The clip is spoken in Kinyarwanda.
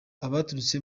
abaturutse